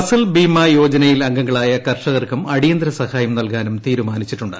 ഫസൽ ബീമാ യോജനയിൽ അംഗങ്ങളായ കർഷകർക്കും അടിയന്തരസഹായം നൽകാനും തീരുമാനിച്ചിട്ടുണ്ട്